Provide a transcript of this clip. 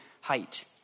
height